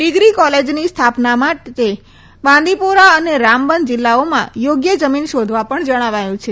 degree કોલેજની સ્થાપના માટે બાંડીપોરા અને રામબન જીલ્લાઓમાં યોગ્ય જમીન શોધવા પણ જણાયુ છે